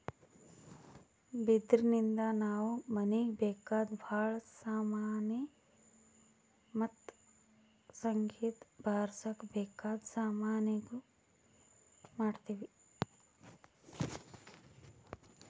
ಬಿದಿರಿನ್ದ ನಾವ್ ಮನೀಗ್ ಬೇಕಾದ್ ಭಾಳ್ ಸಾಮಾನಿ ಮತ್ತ್ ಸಂಗೀತ್ ಬಾರ್ಸಕ್ ಬೇಕಾದ್ ಸಾಮಾನಿನೂ ಮಾಡ್ತೀವಿ